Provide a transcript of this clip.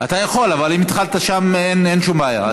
אתה יכול, אבל אם התחלת שם, אין שום בעיה.